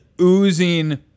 oozing